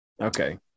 okay